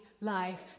life